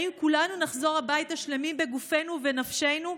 האם כולנו נחזור הביתה שלמים בגופנו ובנפשנו?